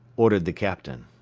ordered the captain.